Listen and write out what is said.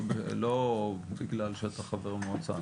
לא בגלל שאתה חבר מועצה,